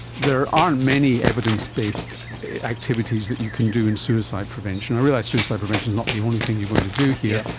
there aren't many evidence-based activities that you can do in suicide prevention. i realise suicide prevention is not the only thing you're going to do here,